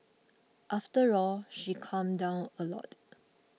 after all she calmed down a lot